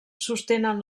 sostenen